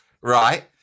right